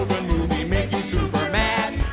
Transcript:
movie make you super mad?